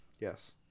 Yes